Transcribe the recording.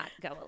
go